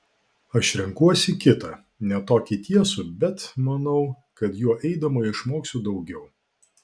aš renkuosi kitą ne tokį tiesų bet manau kad juo eidama išmoksiu daugiau